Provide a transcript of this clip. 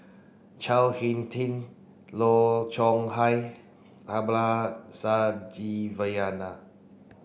Chao Hin Tin Low Chong Hai